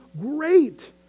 great